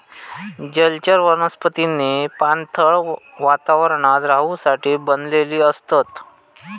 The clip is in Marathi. जलचर वनस्पतींनी पाणथळ वातावरणात रहूसाठी बनलेली असतत